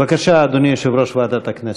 בבקשה, אדוני, יושב-ראש ועדת הכנסת.